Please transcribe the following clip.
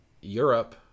Europe